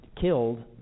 killed